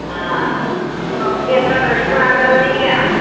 भवती अत्र द्रष्टुं आगतवती किल